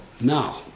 Now